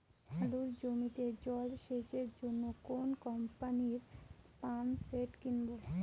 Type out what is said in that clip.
আলুর জমিতে জল সেচের জন্য কোন কোম্পানির পাম্পসেট কিনব?